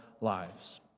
lives